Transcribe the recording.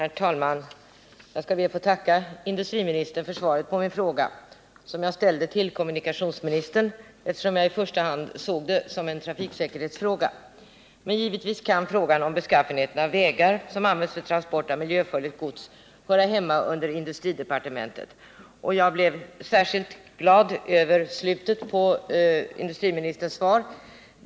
Herr talman! Jag skall be att få tacka industriministern för svaret på min fråga, som jag ställde till kommunikationsministern eftersom jag i första hand såg detta som en trafiksäkerhetsfråga. Men givetvis kan frågan om beskaffenheten av de vägar som används för transporter av miljöfarligt gods höra hemma under industridepartementet. Jag blev särskilt glad över slutet på industriministerns svar.